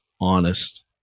honest